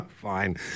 Fine